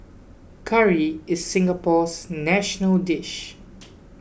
curry is Singapore's national dish